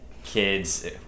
Kids